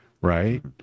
right